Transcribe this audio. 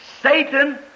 Satan